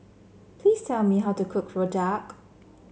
please tell me how to cook Rojak